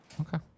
Okay